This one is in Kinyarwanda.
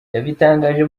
yabitangaje